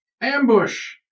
ambush